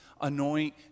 anoint